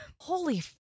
Holy